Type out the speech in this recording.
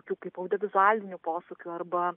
tokių kaip audiovizualinių posūkių arba